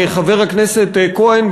חבר הכנסת כהן,